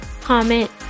comment